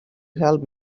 help